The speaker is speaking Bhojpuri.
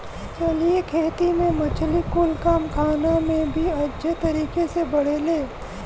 जलीय खेती में मछली कुल कम खाना में भी अच्छे तरीके से बढ़ेले